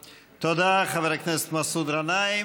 תודה, חבר הכנסת מסעוד גנאים.